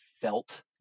felt